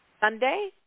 Sunday